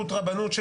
העירבון.